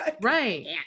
right